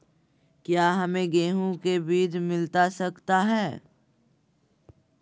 क्या हमे गेंहू के बीज मिलता सकता है?